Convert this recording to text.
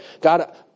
God